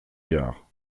gard